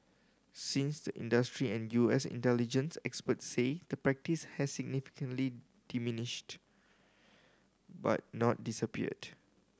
since the industry and U S intelligence experts say the practice has significantly diminished but not disappeared